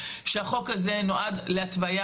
שהחוק הזה נועד להתוויה